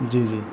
جی جی